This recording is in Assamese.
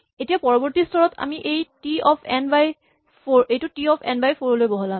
এতিয়া পৰৱৰ্তী স্তৰত আমি এই T of n by four টো বহলাম